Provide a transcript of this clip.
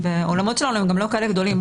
האולמות שלנו הם לא כאלה גדולים.